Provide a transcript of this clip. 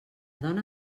dona